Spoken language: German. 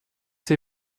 der